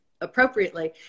appropriately